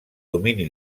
domini